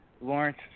Lawrence